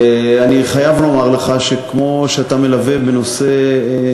אני חייב לומר לך שכמו שאתה מלווה את נושא